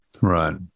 Right